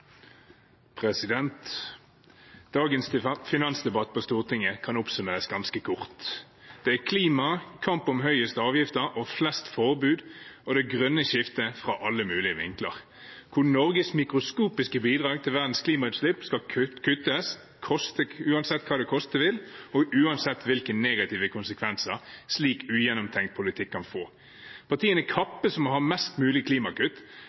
Dagens finansdebatt på Stortinget kan oppsummeres ganske kort: klima, kamp om de høyeste avgiftene og flest forbud og det grønne skiftet fra alle mulige vinkler, der Norges mikroskopiske bidrag til verdens klimagassutslipp skal kuttes, uansett hva det koster, og uansett hvilke negative konsekvenser en slik ugjennomtenkt politikk kan få. Partiene kappes om å ha mest mulig